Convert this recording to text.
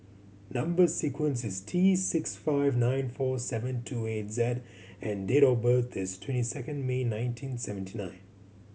number sequence is T six five nine four seven two eight Z and date of birth is twenty second May nineteen seventy nine